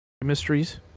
mysteries